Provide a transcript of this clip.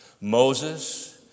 Moses